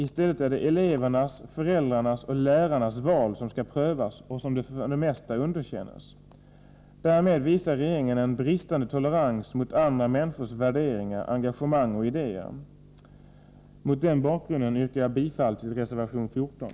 I stället är det elevernas, föräldrarnas och lärarnas val som skall prövas. För det mesta underkänns det. Därmed visar regeringen en bristande tolerans mot andra människors värderingar, engagemang och idéer. Mot denna bakgrund yrkar jag bifall till reservation 14.